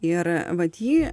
ir vat jį